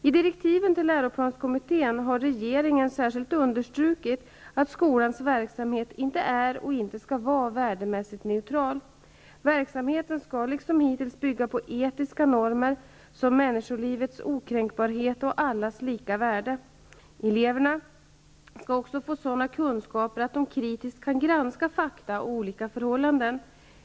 I direktiven till läroplanskommittén har rege ringen särskilt understrukit att skolans verksam het inte är och inte skall vara värdemässigt neu tral. Verksamheten skall liksom hittills bygga på etiska normer, såsom människolivets okränkbar het och allas lika värde. Eleverna skall också få så dana kunskaper att de kritiskt kan granska fakta och olika förhållanden.